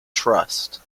trust